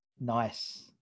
Nice